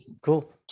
Cool